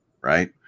right